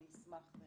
אני אשמח.